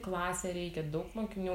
klasę reikia daug mokinių